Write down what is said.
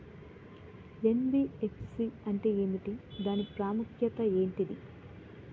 NBFC అంటే ఏమిటి దాని ప్రాముఖ్యత ఏంటిది?